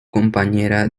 compañera